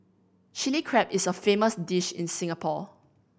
Chilli Crab is a famous dish in Singapore